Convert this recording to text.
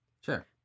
sure